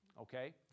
okay